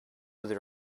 with